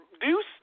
deuce